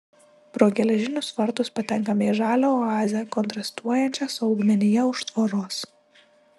pro geležinius vartus patenkame į žalią oazę kontrastuojančią su augmenija už tvoros